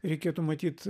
reikėtų matyt